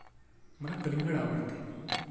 मला कलिंगड आवडते